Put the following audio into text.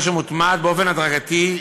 אשר מוטמעת באופן הדרגתי,